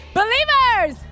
believers